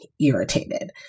irritated